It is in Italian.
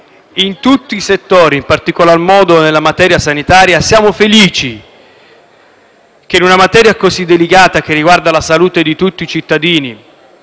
in tutti i settori - in particolare nella materia sanitaria - siamo felici che in una materia così delicata, che riguarda la salute di tutti i cittadini,